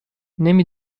نمی